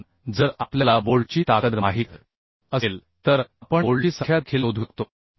म्हणून जर आपल्याला बोल्टची ताकद माहित असेल तर आपण बोल्टची संख्या देखील शोधू शकतो